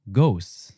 Ghosts